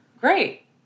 great